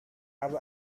habe